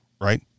right